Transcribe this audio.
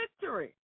victory